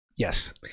Yes